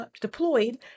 deployed